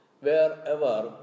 Wherever